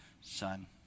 son